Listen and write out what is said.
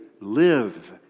live